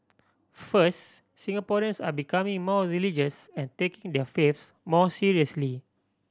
first Singaporeans are becoming more religious and taking their faiths more seriously